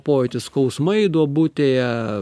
pojūtis skausmai duobutėje